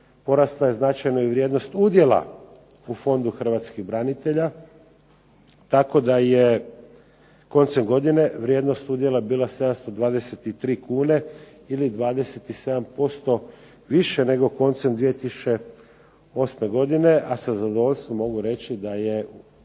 Porasla je značajno i vrijednost udjela u Fondu hrvatskih branitelja, tako da je koncem godine vrijednost udjela bila 723 kune ili 27% više nego koncem 2008. godine. A sa zadovoljstvom moram reći da je